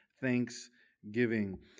thanksgiving